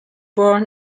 born